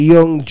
Young